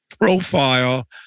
profile